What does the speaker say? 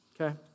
Okay